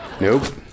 Nope